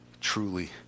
truly